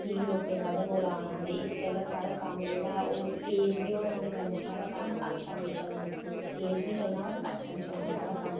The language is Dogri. ते प्ही लोकें साढ़े कोल आना ते प्ही इस गल्ला साढ़ा कम्म जेह्ड़ा ऐ ओह् तेज़ बी होना ते कन्नै साढ़ा कम्म अच्छा बी होना तेज़ बी चलना होर अच्छा बी चलना साढ़ा कम्म